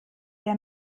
der